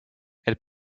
elle